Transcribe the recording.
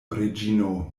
reĝino